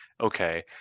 okay